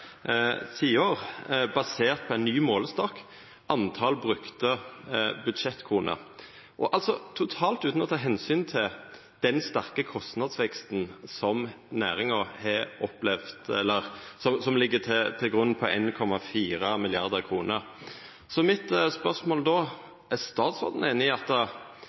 tiår, basert på ein ny målestokk, nemleg brukte budsjettkroner, altså totalt utan å ta omsyn til den sterke kostnadsveksten som næringa har opplevd, eller som ligg til grunn, på 1,4 mrd. kr. Mitt spørsmål er då: Er statsråden einig i at